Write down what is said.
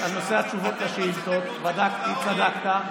תן לו להשיב, שאלת, תן לו.